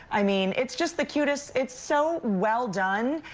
i mean it's just the cuter. so it's so well done.